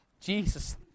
Jesus